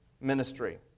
ministry